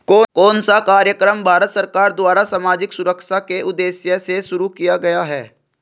कौन सा कार्यक्रम भारत सरकार द्वारा सामाजिक सुरक्षा के उद्देश्य से शुरू किया गया है?